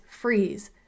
freeze